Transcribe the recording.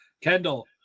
Kendall